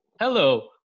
Hello